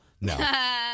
No